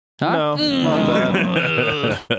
No